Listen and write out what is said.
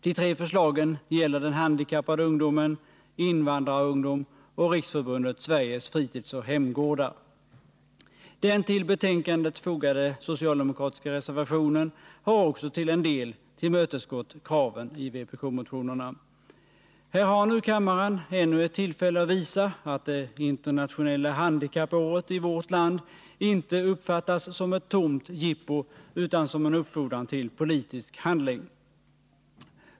De tre förslagen gäller den handikappade ungdomen, invandrarungdom och Riksförbundet Sveriges fritidsoch hemgårdar. Den vid betänkandet fogade socialdemokratiska reservationen har också till en del tillmötesgått kraven i vpkmotionerna. 151 Här har nu kammaren ännu ett tillfälle att visa, att det internationella handikappåret i vårt land inte uppfattas som ett tomt jippo utan som en uppfordran till politisk handling.